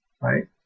right